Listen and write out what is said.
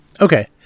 Okay